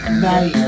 night